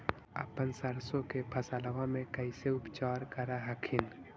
अपन सरसो के फसल्बा मे कैसे उपचार कर हखिन?